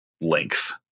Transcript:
Length